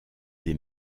des